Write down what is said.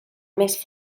més